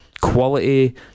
quality